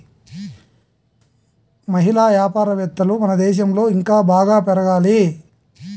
మహిళా వ్యాపారవేత్తలు మన దేశంలో ఇంకా బాగా పెరగాలి